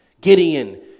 Gideon